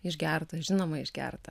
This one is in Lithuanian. išgertą žinoma išgertą